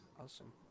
Awesome